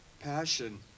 passion